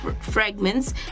fragments